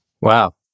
Wow